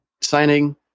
signing